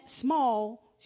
small